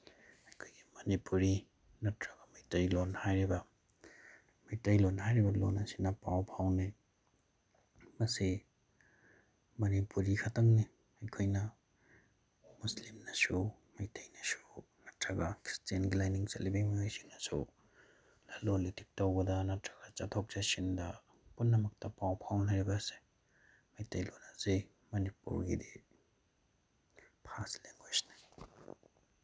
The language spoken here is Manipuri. ꯑꯩꯈꯣꯏꯒꯤ ꯃꯅꯤꯄꯨꯔꯤ ꯅꯠꯇ꯭ꯔꯒ ꯃꯩꯇꯩꯂꯣꯟ ꯍꯥꯏꯔꯤꯕ ꯃꯩꯇꯩꯂꯣꯟ ꯍꯥꯏꯔꯤꯕ ꯂꯣꯟ ꯑꯁꯤꯅ ꯄꯥꯎ ꯐꯥꯎꯅꯩ ꯃꯁꯤ ꯃꯅꯤꯄꯨꯔꯤꯈꯛꯇꯪꯅꯤ ꯑꯩꯈꯣꯏꯅ ꯃꯨꯁꯂꯤꯝꯅꯁꯨ ꯃꯩꯇꯩꯅꯁꯨ ꯅꯠꯇ꯭ꯔꯒ ꯈ꯭ꯔꯤꯁꯇꯤꯌꯟꯒꯤ ꯂꯥꯏꯅꯤꯡ ꯆꯠꯂꯤꯕ ꯃꯤꯑꯣꯏꯁꯤꯡꯅꯁꯨ ꯂꯂꯣꯜ ꯏꯇꯤꯛ ꯇꯧꯕꯗ ꯅꯠꯇ꯭ꯔꯒ ꯆꯠꯊꯣꯛ ꯆꯠꯁꯤꯟꯗ ꯄꯨꯝꯅꯃꯛꯇ ꯄꯥꯎ ꯐꯥꯎꯅꯔꯤꯕ ꯑꯁꯦ ꯃꯩꯇꯩꯂꯣꯟ ꯑꯁꯤ ꯃꯅꯤꯄꯨꯔꯒꯤꯗꯤ ꯐꯥꯔꯁ ꯂꯦꯡꯒ꯭ꯋꯦꯖꯅꯤ